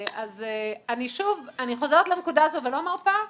אני חוזרת לנקודה הזאת ולא מרפה,